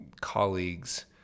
colleagues